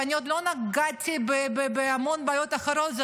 ואני עוד לא נגעתי בהמון בעיות אחרות,